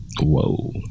Whoa